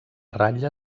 ratlla